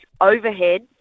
overhead